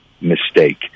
mistake